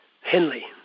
Henley